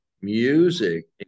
music